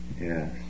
Yes